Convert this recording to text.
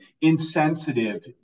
insensitive